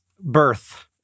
birth